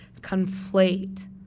conflate